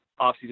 offseason